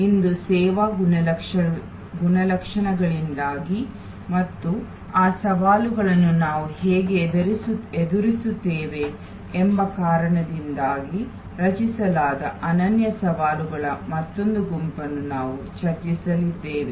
ಇಂದು ಸೇವಾ ಗುಣಲಕ್ಷಣಗಳಿಂದಾಗಿ ಮತ್ತು ಆ ಸವಾಲುಗಳನ್ನು ನಾವು ಹೇಗೆ ಎದುರಿಸುತ್ತೇವೆ ಎಂಬ ಕಾರಣದಿಂದಾಗಿ ರಚಿಸಲಾದ ಅನನ್ಯ ಸವಾಲುಗಳ ಮತ್ತೊಂದು ಗುಂಪನ್ನು ನಾವು ಚರ್ಚಿಸಲಿದ್ದೇವೆ